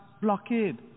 blockade